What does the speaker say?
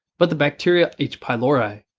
but the bacteria h. pylori.